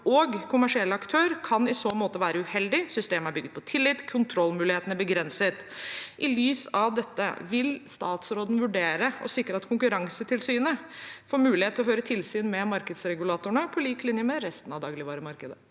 og kommer siell aktør kan i så måte være uheldig. Systemet er bygget på tillit. Kontrollmulighetene er begrenset (…).» I lys av dette, vil statsråden vurdere å sikre at Konkurransetilsynet får mulighet til å føre tilsyn med markedsregulatorene på lik linje med resten av dagligvaremarkedet?